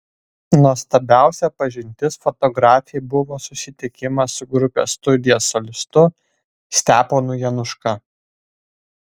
nuostabiausia pažintis fotografei buvo susitikimas su grupės studija solistu steponu januška